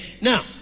Now